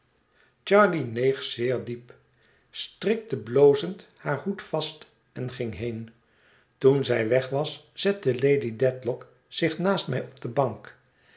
charley neeg zeer diep strikte blozend haar hoed vast en ging heen toen zij weg was zette lady dedlock zich naast mij op de bank